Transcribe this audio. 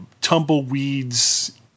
tumbleweeds